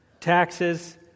taxes